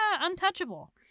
untouchable